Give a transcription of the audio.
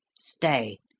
stay,